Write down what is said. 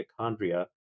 mitochondria